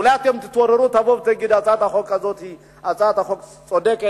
אולי אתם תתעוררו ותבואו ותגידו: הצעת החוק הזאת היא הצעת חוק צודקת,